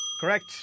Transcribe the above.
Correct